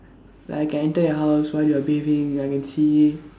like I can enter your house while you are bathing then I can see